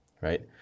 right